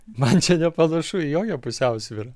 man čia nepanašu į jokią pusiausvyrą